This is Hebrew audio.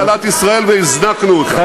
לקחנו את כלכלת ישראל והזנקנו אותה,